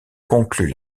concluent